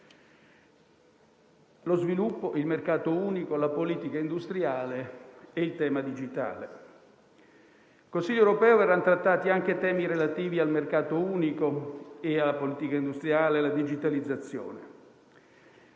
sviluppo, del mercato unico, della politica industriale e del digitale. In Consiglio europeo verranno trattati anche temi relativi al mercato unico, alla politica industriale e alla digitalizzazione.